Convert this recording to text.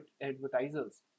advertisers